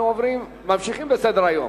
אנחנו ממשיכים בסדר-היום: